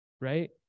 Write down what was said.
right